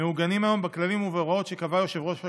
מעוגנים היום בכללים ובהוראות שקובע יושב-ראש הכנסת.